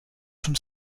from